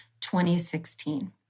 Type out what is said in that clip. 2016